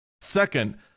Second